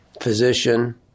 physician